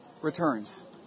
returns